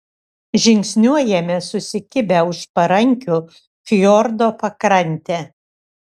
žingsniuojame susikibę už parankių fjordo pakrante